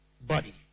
body